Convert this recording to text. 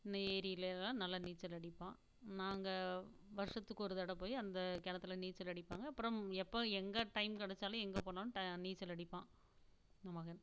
இன்னும் ஏரியிலேலாம் நல்லா நீச்சல் அடிப்பான் நாங்கள் வருஷத்துக்கு ஒரு தடவை போய் அந்த கிணத்துல நீச்சல் அடிப்பாங்க அப்புறம் எப்போ எங்கே டைம் கெடைச்சாலும் எங்கே போனாலும் நீச்சல் அடிப்பான் என் மகன்